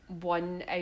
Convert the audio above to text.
one